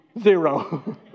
zero